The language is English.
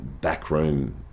backroom